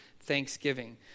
thanksgiving